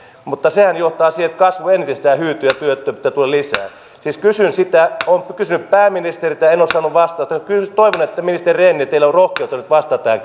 mutta sehän johtaa siihen että kasvu entisestään hyytyy ja työttömyyttä tulee lisää siis kysyn sitä olen kysynyt pääministeriltä en ole saanut vastausta ja toivon että ministeri rehn teillä on rohkeutta nyt vastata tähän